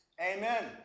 Amen